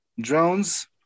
Drones